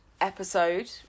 episode